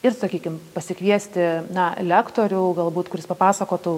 ir sakykim pasikviesti na lektorių galbūt kuris papasakotų